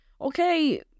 Okay